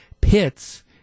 Pits